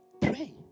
pray